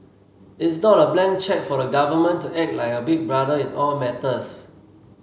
it's not a blank cheque for the government to act like a big brother in all matters